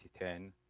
2010